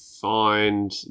find